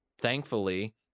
thankfully